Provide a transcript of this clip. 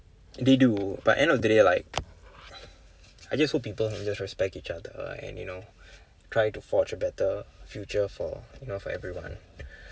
they do but end of the day like I just hope people can just respect each other and you know try to forge a better future for you know for everyone